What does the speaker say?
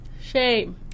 shame